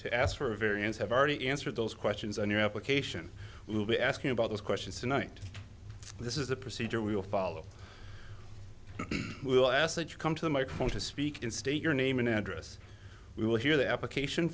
to ask for a variance have already answered those questions on your application will be asking about those questions tonight this is a procedure we will follow we'll ask that you come to the microphone to speak in state your name and address we will hear the application